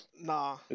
Nah